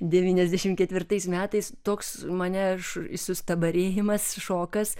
devyniasdešimt ketvirtais metais toks mane aš sustabarėjimas šokas